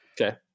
Okay